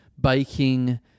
baking